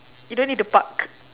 you don't need to park